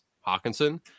Hawkinson